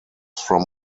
from